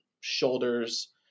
shoulders